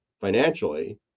financially